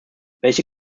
welche